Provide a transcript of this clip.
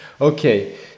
Okay